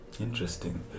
Interesting